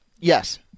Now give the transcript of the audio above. Yes